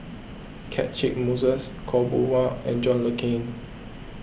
Catchick Moses Khaw Boon Wan and John Le Cain